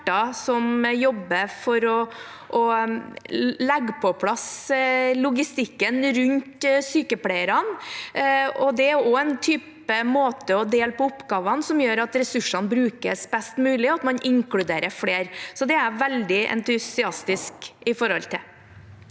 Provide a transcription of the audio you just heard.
som jobber for å legge på plass logistikken rundt sykepleierne, og det er også en måte å dele på oppgavene på som gjør at ressursene brukes best mulig og at man inkluderer flere. Det er jeg veldig entusiastisk til.